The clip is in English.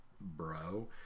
bro